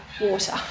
water